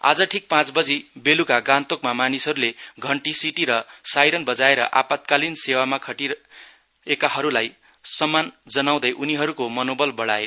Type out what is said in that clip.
आज ठिक पाँच बी बेलिका गान्तोकमा मानिसहरूले घण्टी सिटी र साइरन बजाएर आपातकालिन सेवामा खटिएकाहरूलाई सम्मान जनाउँदै उनीहरूको मनोबल बढाए